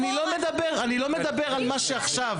אני לא מדבר על מה שעכשיו.